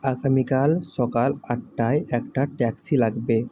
আগামীকাল সকাল আটটায় একটা ট্যাক্সি লাগবে